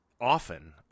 often